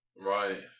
Right